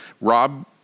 Rob